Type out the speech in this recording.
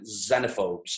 xenophobes